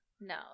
No